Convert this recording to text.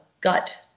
gut